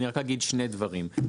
אני אגיד שני דברים,